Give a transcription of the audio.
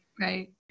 right